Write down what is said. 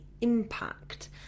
impact